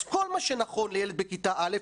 אז כל מה שנכון לילד בכיתה א',